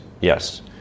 Yes